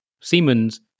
Siemens